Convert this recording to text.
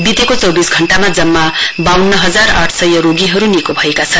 बितेको चौबिस घण्टामा जम्मा बाउन्न हजार आठ सय रोगीहरू निको भएका छन्